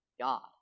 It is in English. God